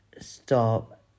stop